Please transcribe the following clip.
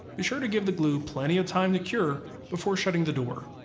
be sure to give the glue plenty of time to cure before shutting the door.